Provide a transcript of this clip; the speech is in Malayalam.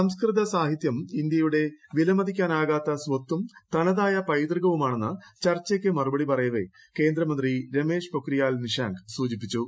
സംസ്കൃത സാഹിത്യം ഇന്തൃയുടെ വിലമതിക്കാനാകാത്ത സ്വത്തും തനതായ പൈതൃകവു മാണെന്ന് ചർച്ചക്ക് മറുപടി പറയവെ കേന്ദ്രമന്ത്രി രമേഷ് പൊക്രിയാൽ നിഷാങ്ക് സൂചിപ്പിച്ചു